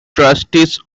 trustees